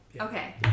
Okay